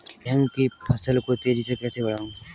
गेहूँ की फसल को तेजी से कैसे बढ़ाऊँ?